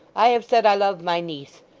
i have said i love my niece.